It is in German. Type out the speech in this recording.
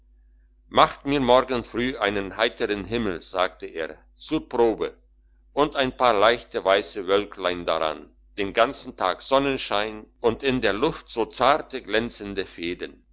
macht mir morgen früh einen heitern himmel sagte er zur probe und ein paar leichte weisse wölklein dran den ganzen tag sonnenschein und in der luft so zarte glänzende fäden